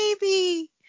baby